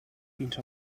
fins